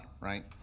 right